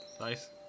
Nice